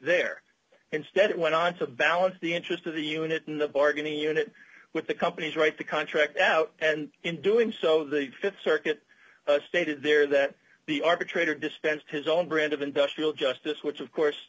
there instead it went on to balance the interest of the unit in the bargain the unit with the companies write the contract out and in doing so the th circuit stated there that the arbitrator dispensed his own brand of industrial justice which of course